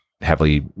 heavily